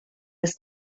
his